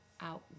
out